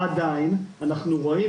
עדיין אנחנו רואים,